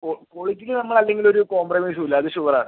ഓ കോളിറ്റിയിൽ നമ്മൾ അല്ലെങ്കിലും ഒരു കോംപ്രമൈസും ഇല്ല അത് ഷുവർ ആണ്